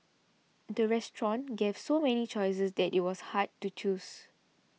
the restaurant gave so many choices that it was hard to choose